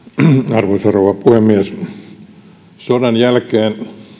arvoisa rouva puhemies sodan jälkeen